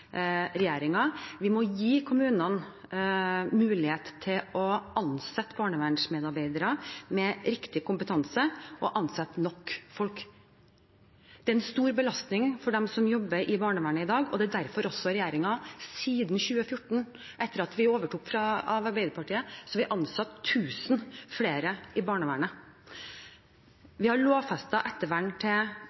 Vi må gi kommunene mulighet til å ansette barnevernsmedarbeidere med riktig kompetanse, og ansette nok folk. Det er en stor belastning for dem som jobber i barnevernet i dag. Derfor har regjeringen siden 2014, etter at vi overtok etter Arbeiderpartiet, ansatt 1 000 flere i barnevernet. Vi har lovfestet ettervern til